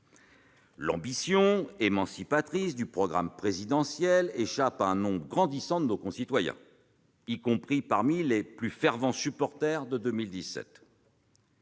L'ambition émancipatrice [...] du programme présidentiel échappe à un nombre grandissant de nos concitoyens, y compris parmi les plus fervents supporters de 2017.